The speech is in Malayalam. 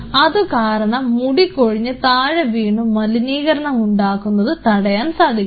അതുകാരണം മുടി കൊഴിഞ്ഞു താഴെ വീണു മലിനീകരണമുണ്ടാക്കുന്നത് തടയാൻ സാധിക്കും